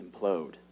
implode